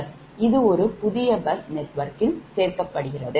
இது ஒரு புதிய பஸ் நெட்வொர்க்கில் சேர்க்கப்படுகிறது